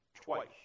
twice